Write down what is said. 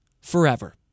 forever